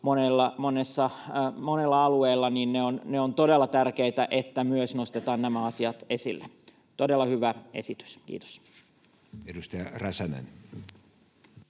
monella alueella, ja on todella tärkeää, että nostetaan myös nämä asiat esille. Todella hyvä esitys. — Kiitos. Edustaja Räsänen.